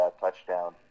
touchdown